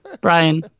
Brian